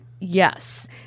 Yes